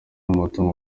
umutungo